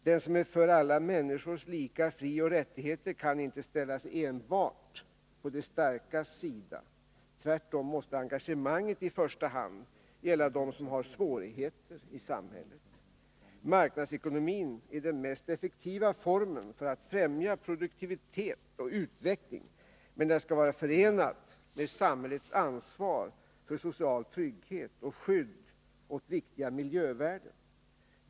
Den som är för alla människors lika frioch rättigheter kan inte ställa sig enbart på de starkas sida — tvärtom måste engagemanget i första hand gälla dem som har svårigheter i samhället. Marknadsekonomin är den mest effektiva formen för att främja produktivitet och utveckling, men skall vara förenad med samhällets ansvar för social trygghet och skydd åt viktiga miljövärden.